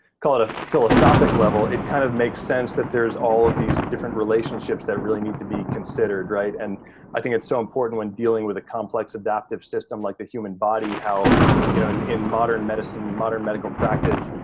call it a philosophic level, it kind of makes sense that there's all of these different relationships that really need to be considered, right? and i think it's so important when dealing with a complex adaptive system like the human body, how you know and in modern medicine, modern medical practice,